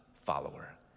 follower